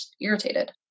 irritated